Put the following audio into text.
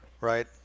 Right